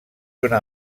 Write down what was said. una